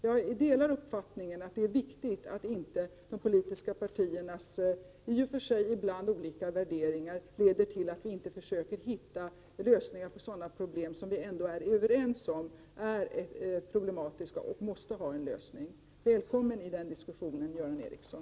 Jag delar uppfattningen att det är viktigt att de politiska partiernas — i och för sig ibland olika — värderingar inte leder till att vi inte försöker hitta lösningar på sådana problem som vi ändå är överens om är svåra och måste ha en lösning. Välkommen i den diskussionen, Göran Ericsson!